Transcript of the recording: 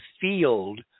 field